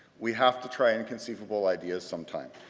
we have to try inconceivable ideas sometime,